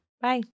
Bye